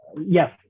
yes